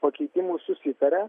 pakeitimų susitaria